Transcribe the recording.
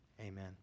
amen